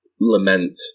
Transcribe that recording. lament